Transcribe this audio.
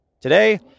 Today